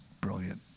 brilliant